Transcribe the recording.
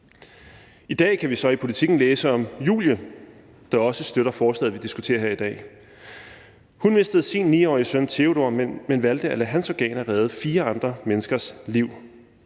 I dag kan vi så i Politiken læse om Julie, der også støtter det forslag, vi diskuterer her i dag. Hun mistede sin 9-årige søn Theodor, men valgte at lade hans organer redde fire andre menneskers liv.